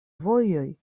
vojoj